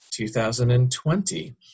2020